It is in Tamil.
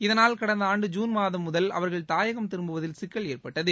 இதனால் கடந்த ஆண்டு ஜுன் மாதம் முதல் அவர்கள் தாயகம் திரும்புவதில் சிக்கல் ஏற்பட்டது